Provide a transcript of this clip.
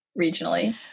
regionally